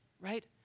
right